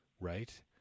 right